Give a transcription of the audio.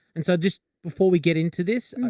and so just before we get into this,